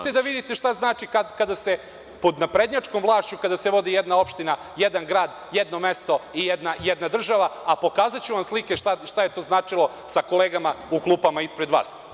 Dođite da vidite šta znači kada se pod naprednjačkom vlašću kada se vodi jedna opština, jedan grad, jedno mesto i jedna država, a pokazaću vam slike šta je to značilo sa kolegama u klupama ispred vas.